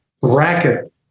bracket